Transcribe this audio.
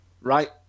right